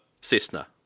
Cessna